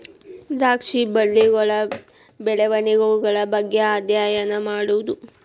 ದ್ರಾಕ್ಷಿ ಬಳ್ಳಿಗಳ ಬೆಳೆವಣಿಗೆಗಳ ಬಗ್ಗೆ ಅದ್ಯಯನಾ ಮಾಡುದು